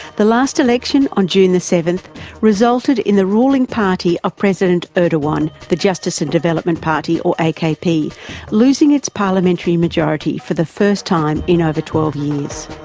the last election on june the seventh resulted in the ruling party of president erdogan the justice and development party or like akp losing its parliamentary majority for the first time in over twelve years.